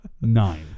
Nine